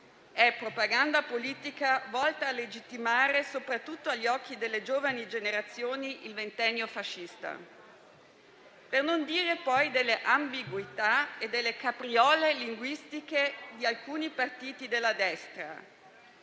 è propaganda politica, volta a legittimare, soprattutto agli occhi delle giovani generazioni, il ventennio fascista. Per non dire, poi, delle ambiguità e delle capriole linguistiche di alcuni partiti della destra,